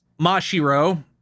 Mashiro